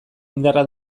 indarra